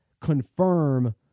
confirm